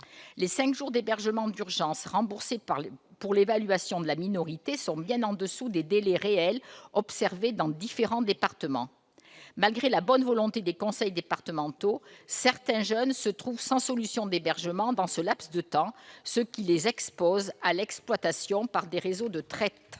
Les cinq jours d'hébergement d'urgence remboursés pour l'évaluation de la minorité représentent une durée bien inférieure aux délais réels observés dans différents départements. Malgré la bonne volonté des conseils départementaux, certains jeunes se trouvent sans solution d'hébergement dans ce laps de temps, ce qui les expose à un risque d'exploitation par des réseaux de traite.